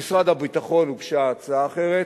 במשרד הביטחון הוגשה הצעה אחרת.